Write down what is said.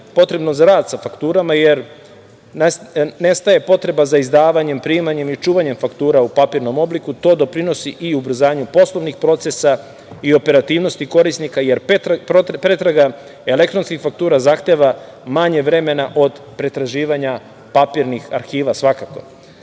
potrebnu za rad sa fakturama, jer nestaje potreba za izdavanjem i primanjem i čuvanjem faktura u papirnom obliku, to doprinosi i ubrzanju poslovnih procesa i operativnosti korisnika, jer pretraga elektronskih faktura zahteva manje vremena od pretraživanja papirnih arhiva,